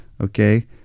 okay